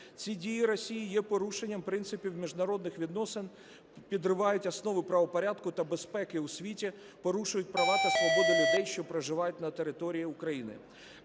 Ці дії Росії є порушенням принципів міжнародних відносин, підривають основи правопорядку та безпеки у світі, порушують права та свободи людей, що проживають на території України.